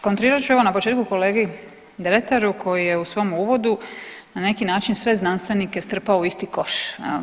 Kontrirat ću evo na početku kolegi Dretaru koji je u svom uvodu na neki način sve znanstvenike strpao u isti koš.